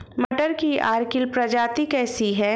मटर की अर्किल प्रजाति कैसी है?